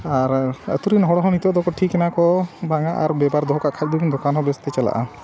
ᱟᱨ ᱟᱛᱳ ᱨᱮᱱ ᱦᱚᱲ ᱦᱚᱸ ᱱᱤᱛᱚᱜ ᱫᱚᱠᱚ ᱴᱷᱤᱠ ᱮᱱᱟ ᱠᱚ ᱵᱟᱝᱟ ᱟᱨ ᱵᱮᱯᱟᱨ ᱫᱚᱦᱚ ᱠᱟᱜ ᱠᱷᱟᱱ ᱫᱚ ᱫᱚᱠᱟᱱ ᱦᱚᱸ ᱵᱮᱥᱛᱮ ᱪᱟᱞᱟᱜᱼᱟ